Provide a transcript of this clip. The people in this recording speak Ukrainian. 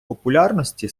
популярності